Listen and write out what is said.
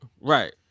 right